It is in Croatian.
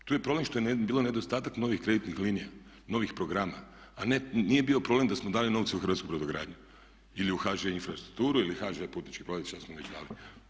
Tu je problem što je bilo nedostatak novih kreditnih linija, novih programa, a ne, nije bio problem da smo dali novce u hrvatsku brodogradnju ili u HŽ Infrastrukturu ili HŽ Putnički promet što smo već dali.